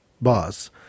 boss